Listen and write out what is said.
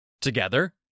Together